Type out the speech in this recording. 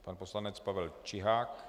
Pan poslanec Pavel Čihák.